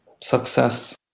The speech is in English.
success